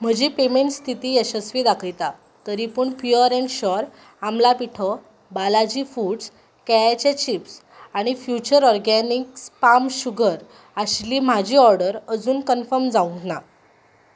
म्हजी पेमेंट स्थिती यशस्वी दाखयता तरी पूण प्युवर अँड शुवर आमला पिठो बालाजी फुड्स केळ्याचे चिप्स आनी फ्युचर ऑरगॅनिक्स पाम शुगर आशिल्ली म्हाजी ऑर्डर अजून कन्फर्म जावंक ना